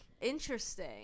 Interesting